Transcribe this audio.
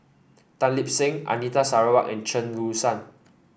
Tan Lip Seng Anita Sarawak and Chen Su Lan